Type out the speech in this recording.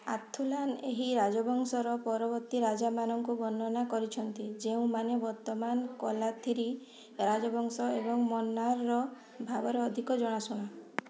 ଆଥୁଲାନ୍ ଏହି ରାଜବଂଶର ପରବର୍ତ୍ତୀ ରାଜାମାନଙ୍କୁ ବର୍ଣ୍ଣନା କରିଛନ୍ତି ଯେଉଁମାନେ ବର୍ତ୍ତମାନ କୋଲାଥିରି ରାଜବଂଶ ଏବଂ ମନ୍ନାର ଭାବରେ ଅଧିକ ଜଣାଶୁଣା